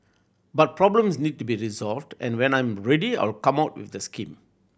but problems need to be resolved and when I am ready I will come out with the scheme